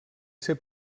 ser